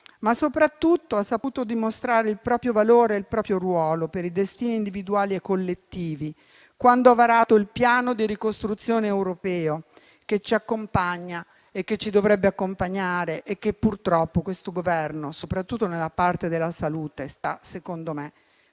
Soprattutto, ha saputo dimostrare il proprio valore e il proprio ruolo per i destini individuali e collettivi quando ha varato il piano di ricostruzione europeo che ci accompagna e che ci dovrebbe accompagnare e che purtroppo questo Governo, soprattutto nella parte della salute, sta secondo me